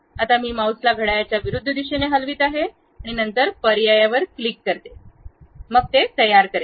आता मी माउसला घड्याळाच्या विरुद्ध दिशेने हलवित आहे नंतर पर्यायावर क्लिक करा मग ते तयार करेल